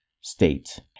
state